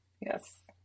Yes